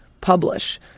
publish